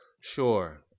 Sure